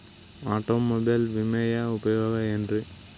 Automobile ವಿಮೆಯ ಉಪಯೋಗ ಏನ್ರೀ?